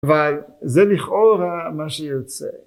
אבל, זה לכאורה מה שיוצא.